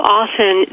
often